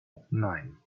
nein